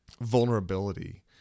vulnerability